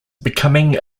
becoming